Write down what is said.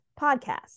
podcast